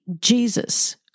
Jesus